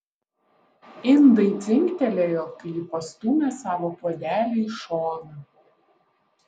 indai dzingtelėjo kai ji pastūmė savo puodelį į šoną